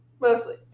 Mostly